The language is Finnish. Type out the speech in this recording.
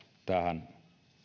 tähän